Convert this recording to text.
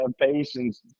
patience